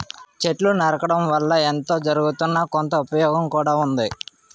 చెట్లు నరకడం వల్ల ఎంతో జరగుతున్నా, కొంత ఉపయోగం కూడా ఉంది